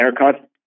haircut